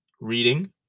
reading